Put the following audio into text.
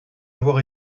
avoir